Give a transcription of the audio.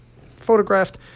photographed